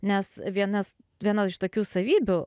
nes vienas viena iš tokių savybių